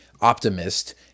optimist